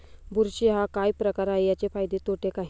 बुरशी हा काय प्रकार आहे, त्याचे फायदे तोटे काय?